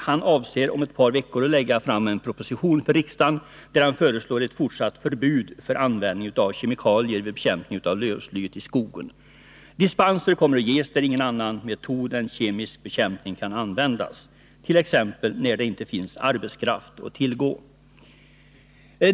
Han avser att inom ett par veckor lägga fram en proposition för riksdagen, där han föreslår ett fortsatt förbud mot användning av kemikalier vid bekämpning av lövslyet i skogen. Dispenser kommer att ges där ingen annan metod än kemisk bekämpning kan användas, t.ex. när det inte finns arbetskraft att tillgå.